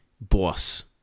Boss